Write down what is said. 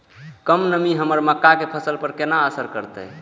कम नमी हमर मक्का के फसल पर केना असर करतय?